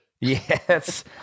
Yes